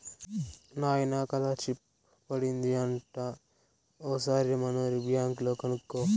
నాయనా కాలర్షిప్ పడింది అంట ఓసారి మనూరి బ్యాంక్ లో కనుకో